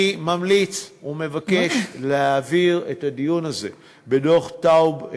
אני ממליץ ומבקש להעביר את הדיון הזה בדוח טאוב,